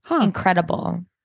Incredible